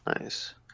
Nice